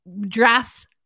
Drafts